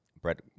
Brett